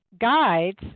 guides